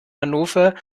hannover